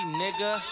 nigga